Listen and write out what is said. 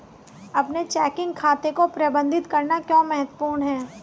अपने चेकिंग खाते को प्रबंधित करना क्यों महत्वपूर्ण है?